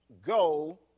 go